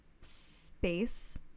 space